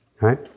right